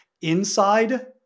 inside